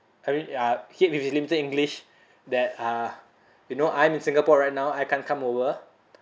I mean uh him with his limited english that uh you know I'm in singapore right now I can't come over